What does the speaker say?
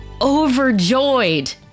overjoyed